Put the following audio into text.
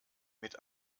mit